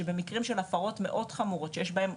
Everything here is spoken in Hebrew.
שבמקרים של הפרות מאוד חמורות שיש בהן.